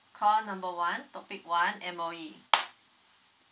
call number one topic one M_O_E